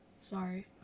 Sorry